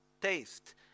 taste